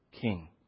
king